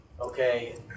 Okay